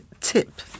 tip